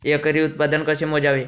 एकरी उत्पादन कसे मोजावे?